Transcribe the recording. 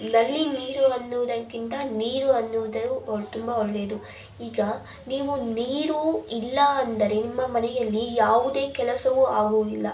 ನಲ್ಲಿ ನೀರು ಅನ್ನುವುದಕ್ಕಿಂತ ನೀರು ಅನ್ನೋದು ಒ ತುಂಬ ಒಳ್ಳೆಯದು ಈಗ ನೀವು ನೀರು ಇಲ್ಲ ಅಂದರೆ ನಿಮ್ಮ ಮನೆಯಲ್ಲಿ ಯಾವುದೇ ಕೆಲಸವು ಆಗುವುದಿಲ್ಲ